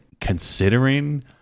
considering